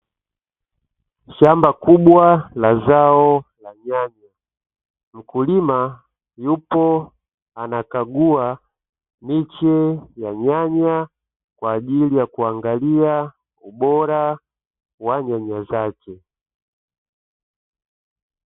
Shamba kubwa la zao la nyanya, mkulima yupo anakagua miche ya nyanya kwa ajili ya kuangalia ubora wa nyanya zake.